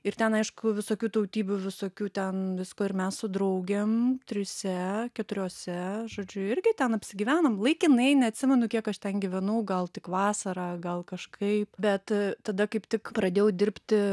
ir ten aišku visokių tautybių visokių ten visko ir mes su draugėm trise keturiose žodžiu irgi ten apsigyvenom laikinai neatsimenu kiek aš ten gyvenau gal tik vasarą gal kažkaip bet tada kaip tik pradėjau dirbti